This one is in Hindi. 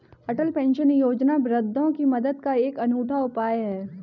अटल पेंशन योजना वृद्धों की मदद का एक अनूठा उपाय है